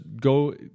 go